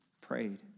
prayed